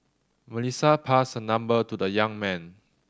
Melissa passed number to the young man